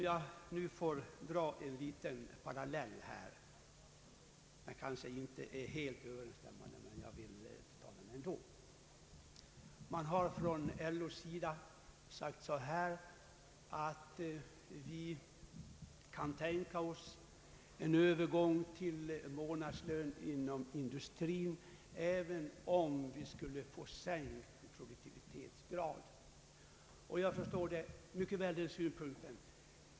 Jag vill här dra en parallell, även om den inte stämmer helt. Från LO:s sida har man sagt att man kan tänka sig en övergång till månadslön inom industrin, även om vi skulle få sänkt produktivitetsgrad. Jag förstår mycket väl den synpunkten.